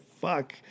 fuck